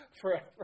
forever